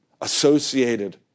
associated